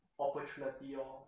opportunity lor